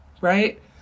right